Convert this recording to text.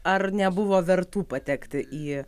ar nebuvo vertų patekti į